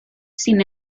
sin